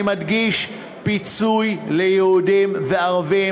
אני מדגיש: החוק כולל פיצוי ליהודים וערבים.